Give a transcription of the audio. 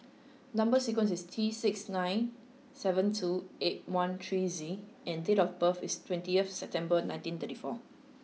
number sequence is T six nine seven two eight nine three Z and date of birth is twentieth September nineteen thirty four